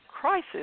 crisis